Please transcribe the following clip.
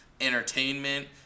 entertainment